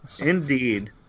indeed